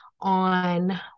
on